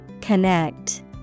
Connect